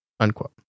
Unquote